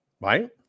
right